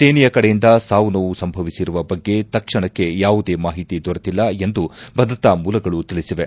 ಸೇನೆಯ ಕಡೆಯಿಂದ ಸಾವು ನೋವು ಸಂಭವಿಸಿರುವ ಬಗ್ಗೆ ತಕ್ಷಣಕ್ಕೆ ಯಾವುದೇ ಮಾಹಿತಿ ದೊರೆತಿಲ್ಲ ಎಂದು ಭದ್ರತಾ ಮೂಲಗಳು ತಿಳಿಸಿವೆ